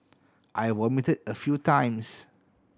I vomited a few times